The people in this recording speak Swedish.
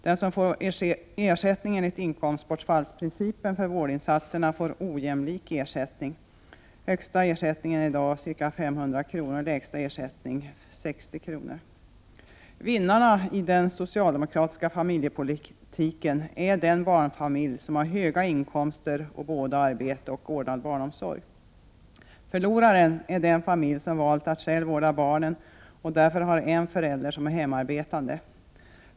Den som får ersättning enligt inkomstbortfallsprincipen för vårdinsatserna får ojämlik ersättning. Högsta ersättning är i dag ca 500 kr., lägsta ersättning 60 kr. Vinnare i den socialdemokratiska familjepolitiken är den barnfamilj som har höga inkomster, där båda har arbete och där man har ordnad barnomsorg. Förloraren är den familj som valt att själv vårda barnen och därför har en förälder som är hemarbetande.